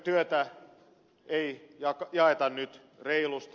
työtä ei jaeta nyt reilusti